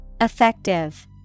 Effective